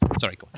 Sorry